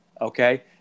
Okay